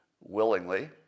willingly